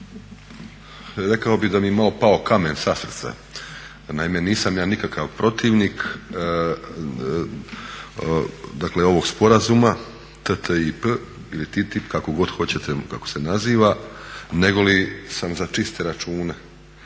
rekao bih da mi je malo pao kamen sa srca. Naime, nisam ja nikakav protivnik dakle ovog sporazuma TTIP ili TTIP, kako god hoćete, kako se naziva, nego li sam za čiste račune